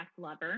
lover